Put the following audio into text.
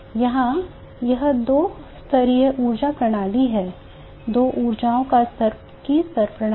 यहां यह दो स्तरीय ऊर्जा प्रणाली है दो ऊर्जा स्तर की प्रणाली